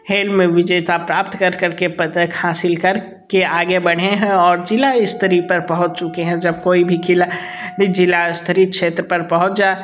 hello में विजेता प्राप्त कर कर के पदक हासिल कर के आगे बढ़े हैं और ज़िला स्तरीय पर पहुंच चुके हैं जब कोई भी खिला ड़ी ज़िला स्तरीय क्षेत्र पर पहुंच जा